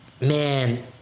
Man